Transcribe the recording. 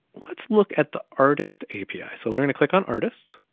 let's look at the artist api. so we're gonna click on artists,